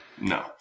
No